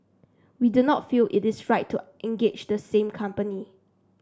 we do not feel it is right to engage the same company